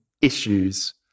Issues